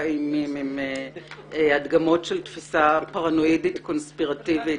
אימים עם הדגמות של תפיסה פרנואידית קונספירטיבית